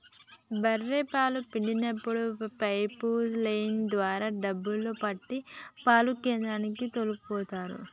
బఱ్ఱె పాలు పిండేప్పుడు పైపు లైన్ ద్వారా డబ్బాలో పట్టి పాల కేంద్రానికి తోల్కపోతరు